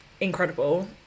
incredible